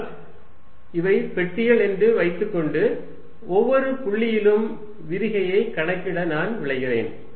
ஆனால் இவை பெட்டிகள் என்று வைத்துக் கொண்டு ஒவ்வொரு புள்ளியிலும் விரிகையை கணக்கிட நான் விழைகிறேன்